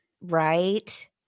right